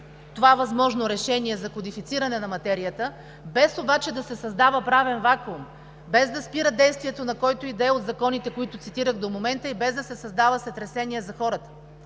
това възможно решение за кодифициране на материята, без обаче да се създава правен вакуум, без да спира действието на който и да е от законите, които цитирах до момента, и без да се създава сътресение за хората,